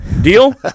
Deal